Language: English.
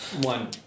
One